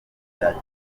bya